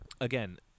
Again